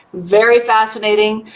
very fascinating.